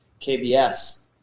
KBS